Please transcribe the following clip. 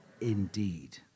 Indeed